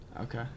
Okay